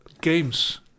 games